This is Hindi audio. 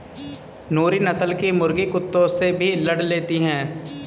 नूरी नस्ल की मुर्गी कुत्तों से भी लड़ लेती है